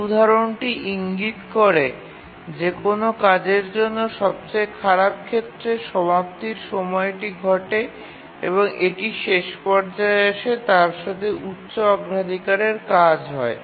এই উদাহরণটি ইঙ্গিত করে যে কোনও কাজের জন্য সবচেয়ে খারাপ ক্ষেত্রে সমাপ্তির সময়টি ঘটে যখন এটি শেষ পর্যায়ে আসে তার সাথে উচ্চ অগ্রাধিকারের কাজ হয়